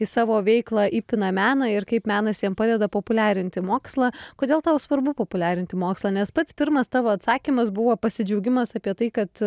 į savo veiklą įpina meną ir kaip menas jam padeda populiarinti mokslą kodėl tau svarbu populiarinti mokslą nes pats pirmas tavo atsakymas buvo pasidžiaugimas apie tai kad